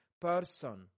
person